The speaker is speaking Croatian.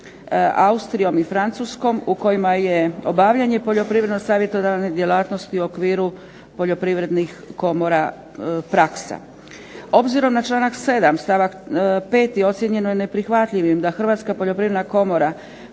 u kojima je obavljanje poljoprivredno-savjetodavne djelatnosti u okviru poljoprivrednih komora praksa. Obzirom na članak 7. stavak 5. ocijenjeno je neprihvatljivim da Hrvatska poljoprivredna komora